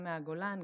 גם מהגולן,